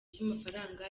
ry’amafaranga